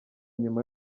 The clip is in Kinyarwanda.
nyuma